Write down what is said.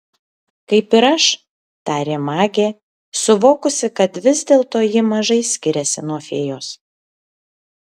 kaip ir aš tarė magė suvokusi kad vis dėlto ji mažai skiriasi nuo fėjos